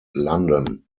london